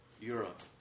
Europe